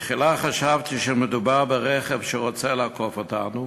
בתחילה חשבתי שמדובר ברכב שרוצה לעקוף אותנו